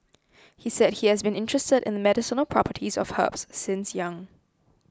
he said he has been interested in the medicinal properties of herbs since young